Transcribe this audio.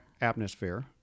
atmosphere